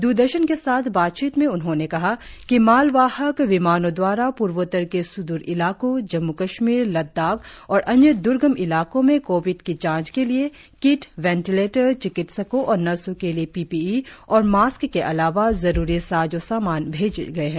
द्रदर्शन के साथ बातचीत में उन्होंने कहा कि मालवाहक विमानों द्वारा पूर्वोत्तर के सुदूर इलाकों जम्मू कश्मीर लद्दाख और अन्य द्र्गम इलाकों में कोविड की जांच के लिए किटवेंटिलेटर चिकित्सकों और नर्सों के लिए पी पी ई और मास्क के अलावा जरुरी साजो सामन भेजे गए है